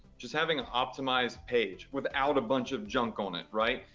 just having an optimized page without a bunch of junk on it, right?